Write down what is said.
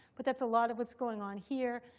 but that's a lot of what's going on here.